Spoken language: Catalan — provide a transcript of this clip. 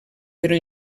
però